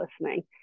listening